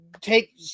take